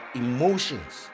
emotions